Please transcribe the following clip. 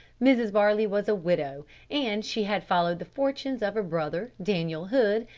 mrs varley was a widow, and she had followed the fortunes of her brother, daniel hood,